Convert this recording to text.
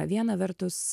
viena vertus